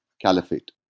caliphate